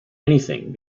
anything